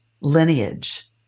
lineage